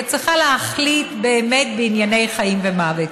וצריכה להחליט באמת בענייני חיים ומוות.